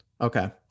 Okay